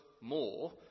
more